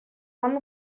one